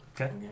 Okay